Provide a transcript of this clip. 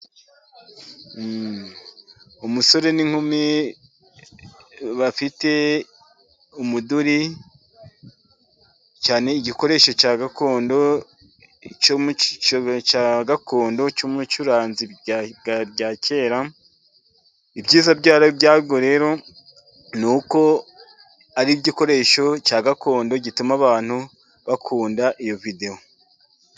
Umusore n'inkumi bafite umuduri, cyane igikoresho cya gakondo cyo mu cyobe cya gakondo, cy'umucuranzi cya kera, ibyiza byacyo rero ni uko ari igikoresho cya gakondo, gituma abantu bakunda iyo videwo.